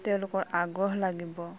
তেওঁলোকৰ আগ্ৰহ লাগিব